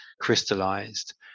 crystallized